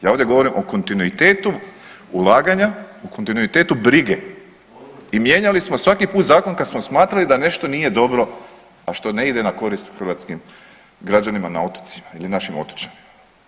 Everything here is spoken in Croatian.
Ja ovdje govorim o kontinuitetu ulaganja, o kontinuitetu brige i mijenjali smo svaki put zakon kad smo smatrali da nešto nije dobro, a to ne ide na korist hrvatskim građanima na otocima ili našim otočanima.